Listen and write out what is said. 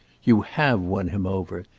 you have won him over.